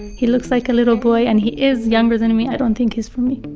he looks like a little boy and he is younger than and me, i don't think he's for me.